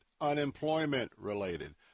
unemployment-related